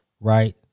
Right